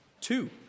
Two